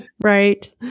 Right